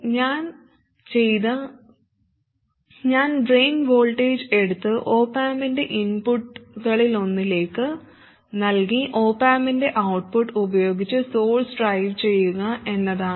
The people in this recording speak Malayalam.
ഞാൻ ചെയ്തത് ഞാൻ ഡ്രെയിൻ വോൾട്ടേജ് എടുത്ത് ഒപ് ആമ്പിന്റെ ഇൻപുട്ടുകളിലൊന്നിലേക്ക് നൽകി ഒപ് ആമ്പിന്റെ ഔട്ട്പുട്ട് ഉപയോഗിച്ച് സോഴ്സ് ഡ്രൈവ് ചെയ്യുക എന്നതാണ്